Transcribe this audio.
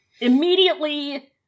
immediately